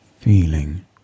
Feeling